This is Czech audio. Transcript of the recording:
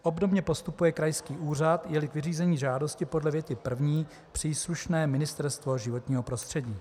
Obdobně postupuje krajský úřad, jeli k vyřízení žádosti podle věty první příslušné Ministerstvo životního prostředí.